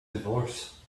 divorce